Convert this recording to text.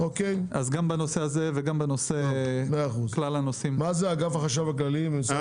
מה זה הנושא של אגף החשב הכללי במשרד האוצר?